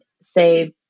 say